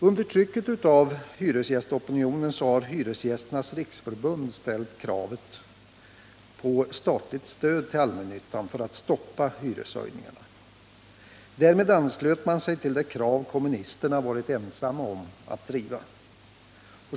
Under trycket av hyresgästopinionen har Hyresgästernas riksförbund ställt kravet på statligt stöd till allmännyttan för att stoppa hyreshöjningarna. Därmed anslöt man sig till det krav kommunisterna varit ensamma om att driva.